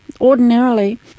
Ordinarily